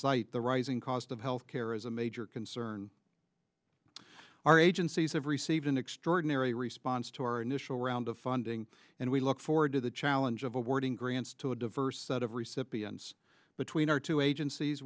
cite the rising cost of health care as a major concern our agencies have received an extraordinary response to our initial round of funding and we look forward to the challenge of awarding grants to a diverse set of recent b s between our two agencies